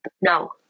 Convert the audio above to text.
No